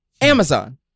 Amazon